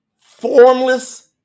formless